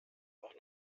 auch